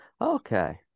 Okay